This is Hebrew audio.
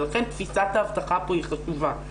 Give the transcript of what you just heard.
לכן, תפיסת האבטחה פה חשובה.